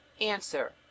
Answer